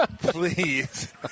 Please